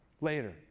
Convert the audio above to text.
later